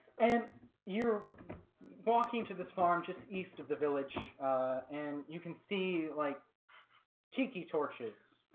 and you're walking to this farm. just east of the village and you can see like tiki torches